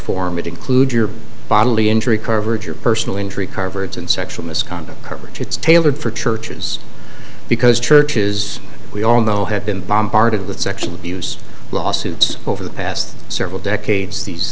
form it includes your bodily injury coverage or personal injury converts and sexual misconduct correct it's tailored for churches because churches we all know have been bombarded with sexual abuse lawsuits over the past several decades these